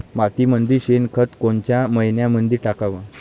मातीमंदी शेणखत कोनच्या मइन्यामंधी टाकाव?